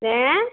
அண்ணே